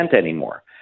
anymore